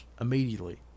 immediately